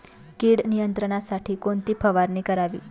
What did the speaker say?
कीड नियंत्रणासाठी कोणती फवारणी करावी?